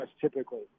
typically